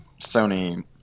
Sony